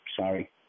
sorry